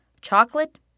Chocolate